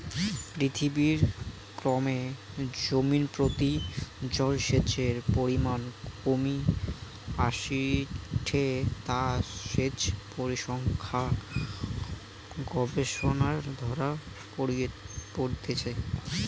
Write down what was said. পৃথিবীরে ক্রমে জমিনপ্রতি জলসেচের পরিমান কমি আইসেঠে তা সেচ পরিসংখ্যান গবেষণারে ধরা পড়িচে